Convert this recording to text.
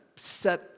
set